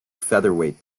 featherweight